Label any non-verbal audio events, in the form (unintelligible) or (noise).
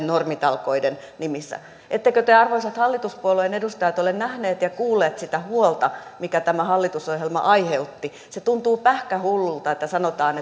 (unintelligible) normitalkoiden nimissä ettekö te arvoisat hallituspuolueen edustajat ole nähneet ja kuulleet sitä huolta minkä tämä hallitusohjelma aiheutti se tuntuu pähkähullulta että sanotaan (unintelligible)